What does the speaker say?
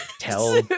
tell